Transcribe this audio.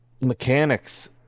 Mechanics